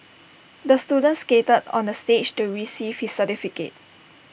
the student skated onto the stage to receive his certificate